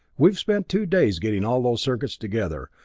we've spent two days getting all those circuits together,